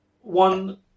one